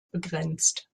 begrenzt